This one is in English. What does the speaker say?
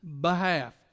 behalf